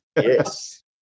Yes